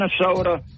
Minnesota